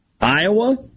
Iowa